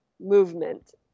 movement